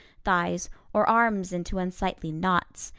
thighs or arms into unsightly knots.